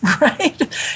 right